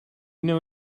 know